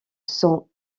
sont